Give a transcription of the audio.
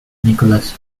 nicholas